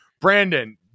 Brandon